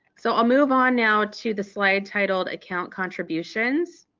so i'll move on now to the slide titled account contributions.